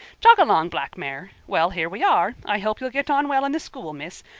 jog along, black mare. well, here we are. i hope you'll git on well in the school, miss.